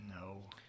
No